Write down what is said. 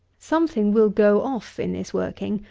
something will go off in this working,